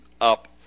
up